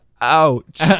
Ouch